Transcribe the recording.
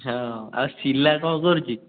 ହଁ ଆଉ ସିଲା କ'ଣ କରୁଛି